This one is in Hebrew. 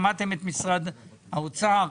שמעתם את משרד האוצר,